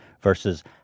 versus